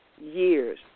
years